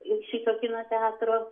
šito kino teatro